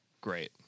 great